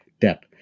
debt